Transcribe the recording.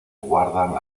guardan